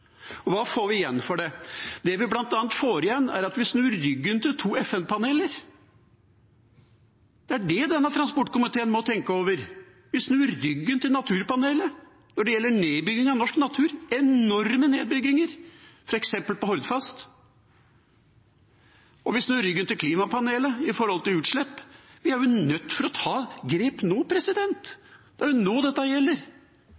Og hva får vi igjen for det? Det vi bl.a. får igjen, er at vi snur ryggen til to FN-paneler. Det er det denne transportkomiteen må tenke over. Vi snur ryggen til naturpanelet når det gjelder nedbygging av norsk natur – det er enorme nedbygginger f.eks. på Hordfast – og vi snur ryggen til klimapanelet når det gjelder utslipp. Vi er nødt til å ta grep nå, det er nå dette gjelder,